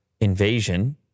invasion